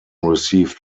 received